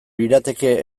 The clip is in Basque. lirateke